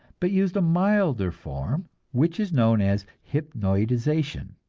but used a milder form which is known as hypnoidization.